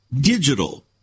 Digital